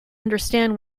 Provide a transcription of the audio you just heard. understand